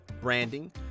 branding